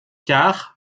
cars